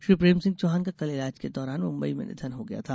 श्री प्रेम सिंह चौहान का कल इलाज के दौरान मुम्बई में निधन हो गया था